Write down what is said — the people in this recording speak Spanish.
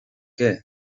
qué